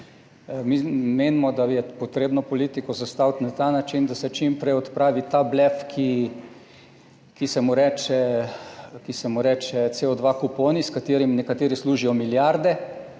Menimo, da je potrebno politiko zastaviti na ta način, da se čim prej odpravi ta blef, ki se mu reče CO2 kuponi, s katerim nekateri služijo milijarde,